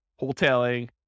wholesaling